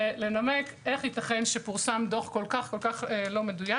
ולנמק איך ייתכן שפורסם דוח כל כך לא מדויק.